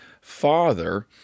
father